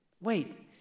wait